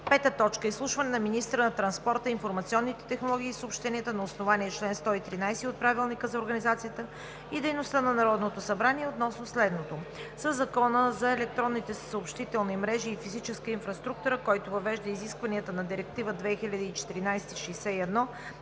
2019 г. 5. Изслушване на министъра на транспорта, информационните технологии и съобщенията на основание чл. 113 от Правилника за организацията и дейността на Народното събрание относно следното: със Закона за електронните съобщителни мрежи и физическа инфраструктура, който въвежда изискванията на Директива 2014/61,